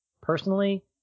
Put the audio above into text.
personally